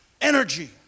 energy